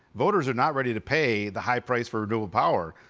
voters are not ready to pay the high price for renewable power.